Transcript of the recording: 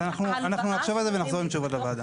אז אנחנו נחשוב על זה ונחזור עם תשובות לוועדה.